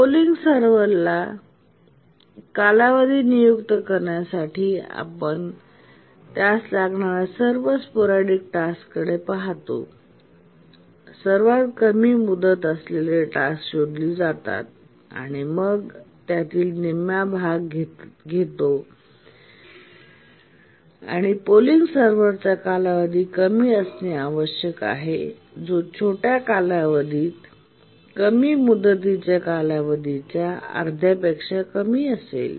polling सर्व्हरला कालावधी नियुक्त करण्यासाठी आपण त्यास लागणार्या सर्व स्पोरॅडिक टास्ककडे पाहतो आणि सर्वात कमी मुदत असलेली टास्क शोधली जातात आणि मग आपण त्यातील निम्म्या भाग घेतो आणि पोलिंग सर्व्हरचा कालावधी कमी असणे आवश्यक आहे जो छोट्या कालावधीत कमी मुदतीच्या कालावधीच्या अर्ध्यापेक्षा कमी असेल